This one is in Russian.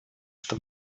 что